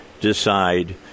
decide